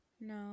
no